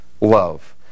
love